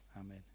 Amen